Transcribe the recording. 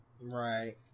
Right